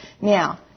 Now